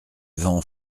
vent